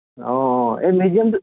অঁ অঁ এই মিউজিয়ামটো